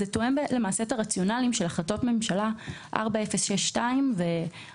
זה תואם את הרציונל של החלטות ממשלה 4062 ו-447,